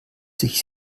sich